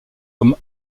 comme